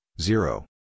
zero